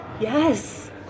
Yes